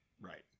right